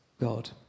God